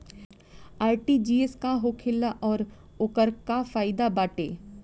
RTGS का होखेला और ओकर का फाइदा बाटे?